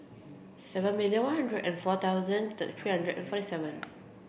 seven million one hundred and four thousand three hundred and forty seven